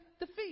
defeat